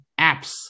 apps